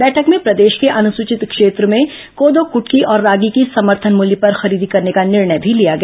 बैठक में प्रदेश के अनुसूचित क्षेत्र में कोदो कुटकी और रागी की समर्थन मूल्य पर खरीदी करने का निर्णय भी लिया गया